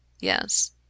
Yes